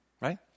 right